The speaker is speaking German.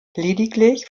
lediglich